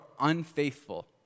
unfaithful